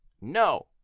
no